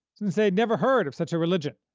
since they had never heard of such a religion.